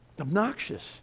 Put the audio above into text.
obnoxious